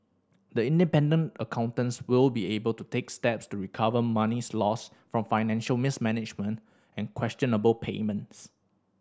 the independent accountants will be able to take steps to recover monies lost from financial mismanagement and questionable payments